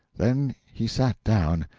then he sat down,